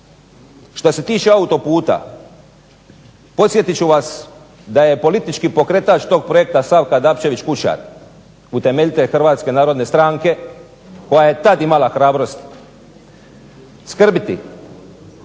Što se tiče autoputa, podsjetit ću vas da je politički pokretač tog projekta Savka Dabčević-Kučar utemeljitelj Hrvatske narodne stranke koja je tad imala hrabrost skrbiti